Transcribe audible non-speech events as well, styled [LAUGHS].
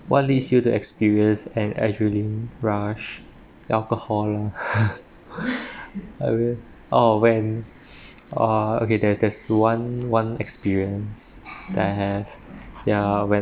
what leads you to experience an adrenaline rush alcohol loh [LAUGHS] I will or when uh okay there there's one one experience that I have ya when